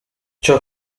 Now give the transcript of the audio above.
ciò